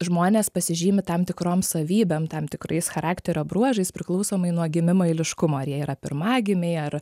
žmonės pasižymi tam tikrom savybėm tam tikrais charakterio bruožais priklausomai nuo gimimo eiliškumo ar jie yra pirmagimiai ar